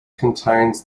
contains